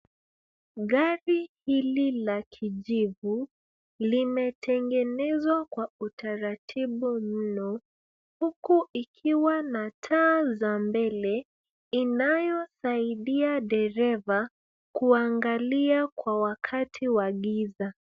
Gari hili la kijivu, limetengenezwa kwa utaratibu mno, huku ikiwa na taa za mbele inayosaidia dereva kuangalia kwa wakati wa giza.